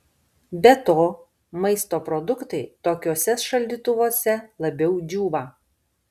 be to maisto produktai tokiuose šaldytuvuose labiau džiūva